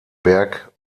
berg